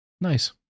Nice